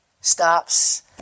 stops